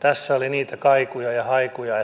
tässä oli niitä kaikuja ja haikuja